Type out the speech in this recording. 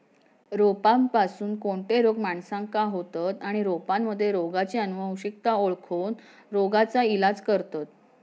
रोपांपासून कोणते रोग माणसाका होतं आणि रोपांमध्ये रोगाची अनुवंशिकता ओळखोन रोगाचा इलाज करतत